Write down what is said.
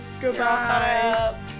Goodbye